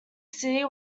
city